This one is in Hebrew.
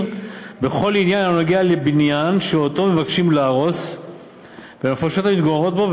בכל עניין הנוגע לבניין שאותו מבקשים להרוס ולנפשות המתגוררות בו,